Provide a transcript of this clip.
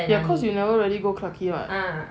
ya cause you never really go clarke [what]